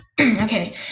Okay